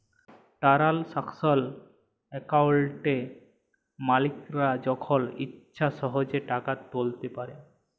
টারালসাকশাল একাউলটে মালিকরা যখল ইছা সহজে টাকা তুইলতে পারে